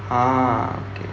ah